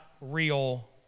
real